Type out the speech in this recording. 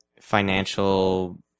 financial